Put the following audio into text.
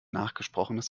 nachgesprochenes